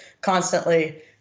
constantly